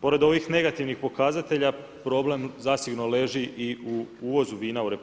Pored ovih negativnih pokazatelja, problem zasigurno leži i u uvozu vina u RH